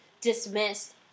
dismissed